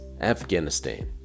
afghanistan